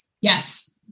Yes